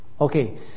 okay